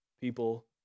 people